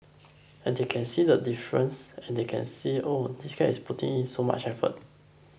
and they can see the difference and they can see Oh this guy is putting in so much effort